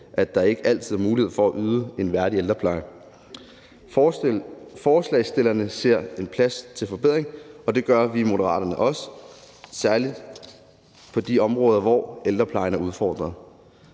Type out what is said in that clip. at der ikke altid er mulighed for at yde en værdig ældrepleje. Forslagsstillerne ser plads til forbedring, og det gør vi også i Moderaterne, særlig på de områder, hvor ældreplejen er udfordret.